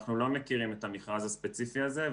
אנחנו לא מכירים את המכרז הספציפי הזה,